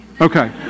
Okay